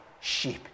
sheep